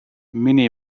mini